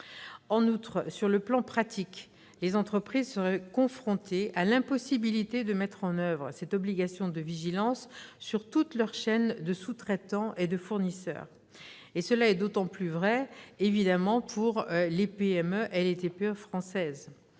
En outre, sur le plan pratique, les entreprises seraient confrontées à l'impossibilité de mettre en oeuvre cette obligation de vigilance sur toute leur chaîne de sous-traitants et de fournisseurs. Telle est la réalité, en particulier, pour les TPE et PME françaises.